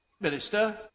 Minister